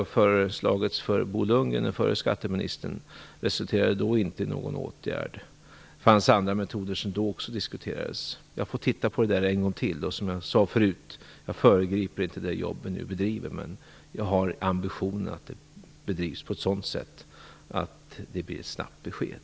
Den framlades för den förre skatteministern Bo Lundgren och resulterade då inte i någon åtgärd. Också andra metoder diskuterades. Jag får titta på detta en gång till, och jag föregriper inte det jobb som nu bedrivs, men jag har ambitionen att det bedrivs på ett sådant sätt att det blir ett snabbt besked.